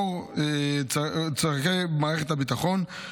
לאור צורכי מערכת הביטחון,